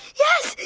yes!